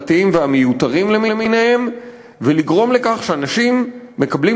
הפרטיים והמיותרים למיניהם ולגרום לכך שאנשים יקבלו